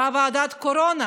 בוועדת הקורונה